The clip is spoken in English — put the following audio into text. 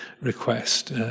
request